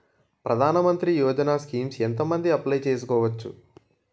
ప్రధాన మంత్రి యోజన స్కీమ్స్ ఎంత మంది అప్లయ్ చేసుకోవచ్చు?